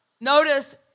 Notice